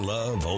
Love